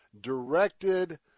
directed